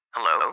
Hello